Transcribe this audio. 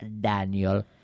Daniel